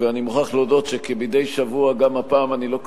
ואני מוכרח להודות שכמדי שבוע גם הפעם אני לא כל